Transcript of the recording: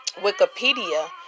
Wikipedia